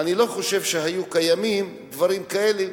אני לא חושב שהיו קיימים דברים כאלה.